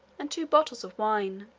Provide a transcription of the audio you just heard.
and two bottles of wine.